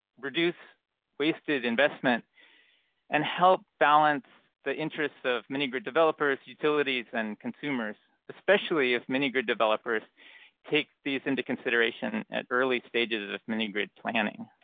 reduce wasted investment and help balance the interests of mini-grid developers, utilities and consumers, especially if mini-grid developers take these into consideration at early stages of mini-grid planning.